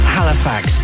Halifax